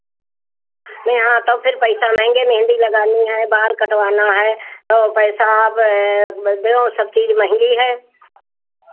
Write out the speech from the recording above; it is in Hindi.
नहीं हाँ तो फिर पैसा महंगे मेहँदी लगानी है बाल कटवाना है तो पैसा आप देओ सब चीज़ महंगी है